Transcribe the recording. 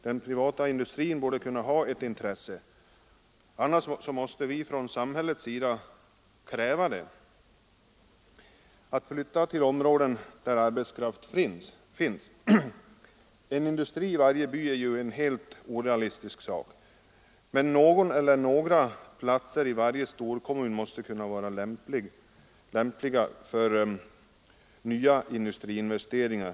Den privata industrin borde kunna ha ett intresse av — annars måste vi från samhällets sida kräva det — att flytta till områden där arbetskraft finns. En industri i varje by är ju en helt orealistisk tanke, men någon eller några orter i varje storkommun måste kunna passa för nya industriinvesteringar.